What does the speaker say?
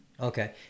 Okay